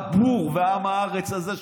הבור ועם הארץ הזה,